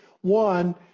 One